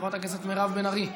חברת הכנסת מירב בן ארי,